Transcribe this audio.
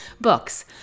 books